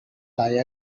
lie